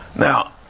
Now